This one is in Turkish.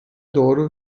doğru